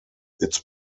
its